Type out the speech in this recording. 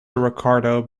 ricardo